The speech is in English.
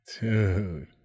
Dude